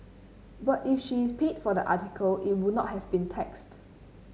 but if she is paid for the article it would not have been taxed